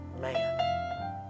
man